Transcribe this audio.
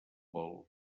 futbol